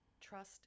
trust